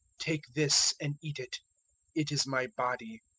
take this and eat it it is my body.